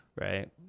right